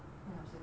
I'm so tired